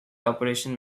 operation